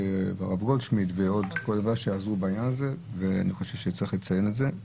הרב גולדשמיט ועוד שעזרו בעניין הזה ואני חושב שצריך לציין את זה.